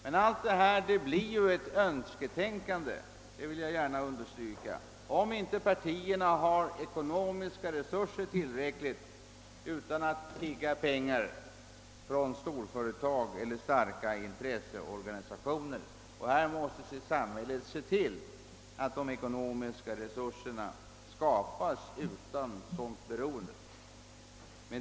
Men jag vill understryka att allt detta bara blir ett önsketänkande, om inte partierna har tillräckliga resurser utan måste tigga pengar hos storföretag och starka intresseorganisationer. Samhället måste se till att de ekonomiska resurserna skapas utan sådant beroende.